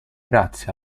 grazie